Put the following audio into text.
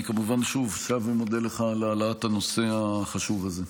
אני כמובן שוב ומודה לך על העלאת הנושא החשוב הזה.